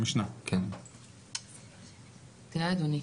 תראה אדוני,